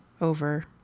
over